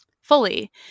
fully